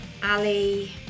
Ali